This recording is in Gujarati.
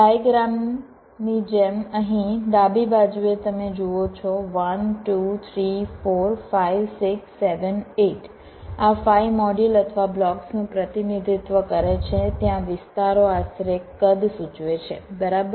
ડાયગ્રામની જેમ અહીં ડાબી બાજુએ તમે જુઓ છો 1 2 3 4 5 6 7 8 આ 5 મોડ્યુલ અથવા બ્લોક્સનું પ્રતિનિધિત્વ કરે છે ત્યાં વિસ્તારો આશરે કદ સૂચવે છે બરાબર